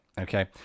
okay